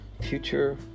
future